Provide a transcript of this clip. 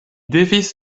devis